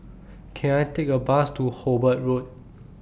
Can I Take A Bus to Hobart Road